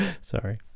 Sorry